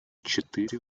четыре